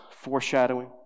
foreshadowing